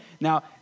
Now